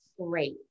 great